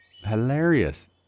Hilarious